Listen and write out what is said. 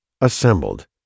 assembled